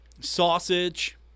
Sausage